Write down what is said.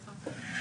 פה אחד.